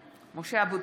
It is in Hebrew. (קוראת בשמות חברי הכנסת) משה אבוטבול,